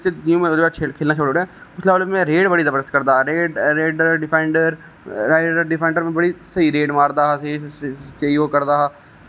अस लेबल बिच जि'यां में खेलना छोड़ी ओड़ेआ उस तू बाद में रेड बड़ी रिबर्स करदा हा रेड डिफेंडर में बड़ी स्हेई रेड मारदा हा बड़ा स्हेई ओह् करदा हा